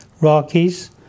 Rockies